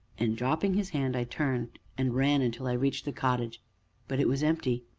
and, dropping his hand, i turned and ran until i reached the cottage but it was empty,